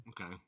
Okay